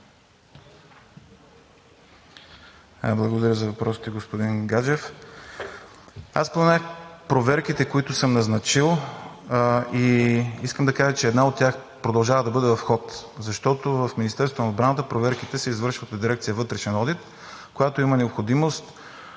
Благодаря за въпросите, господин Гаджев. Аз споменах проверките, които съм назначил, и искам да кажа, че една от тях продължава да бъде в ход, защото в Министерството на отбраната проверките се извършват от Дирекция „Вътрешен одит“, която има необходимост